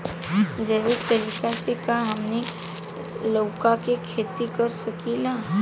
जैविक तरीका से का हमनी लउका के खेती कर सकीला?